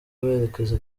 berekeza